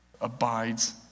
abides